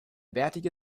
bärtige